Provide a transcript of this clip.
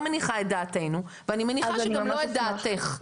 מניחה את דעתנו ואני מניחה שגם לא את דעתך.